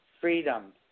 freedom